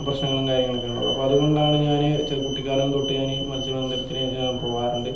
പ്രശ്നങ്ങളും കാര്യങ്ങളക്കെ ഉണ്ടാകും അപ്പം അതുകൊണ്ടാണ് ഞാന് ചെ കുട്ടിക്കാലം തൊട്ട് ഞാന് മത്സ്യബന്ധനത്തിന് പോകാറുണ്ട്